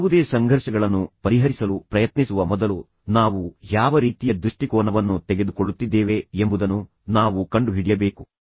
ಯಾವುದೇ ಸಂಘರ್ಷಗಳನ್ನು ಪರಿಹರಿಸಲು ಪ್ರಯತ್ನಿಸುವ ಮೊದಲು ನಾವು ಯಾವ ರೀತಿಯ ದೃಷ್ಟಿಕೋನವನ್ನು ತೆಗೆದುಕೊಳ್ಳುತ್ತಿದ್ದೇವೆ ಎಂಬುದನ್ನು ನಾವು ಕಂಡುಹಿಡಿಯಬೇಕು